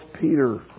Peter